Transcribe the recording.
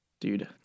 dude